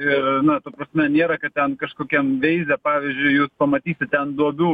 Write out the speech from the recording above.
ir na ta prasme nėra kad ten kažkokiam veize pavyzdžiui jūs pamasyt ten duobių